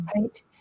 Right